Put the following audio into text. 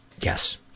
Yes